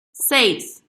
seis